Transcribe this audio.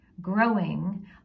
growing